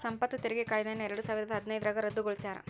ಸಂಪತ್ತು ತೆರಿಗೆ ಕಾಯ್ದೆಯನ್ನ ಎರಡಸಾವಿರದ ಹದಿನೈದ್ರಾಗ ರದ್ದುಗೊಳಿಸ್ಯಾರ